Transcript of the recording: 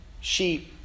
sheep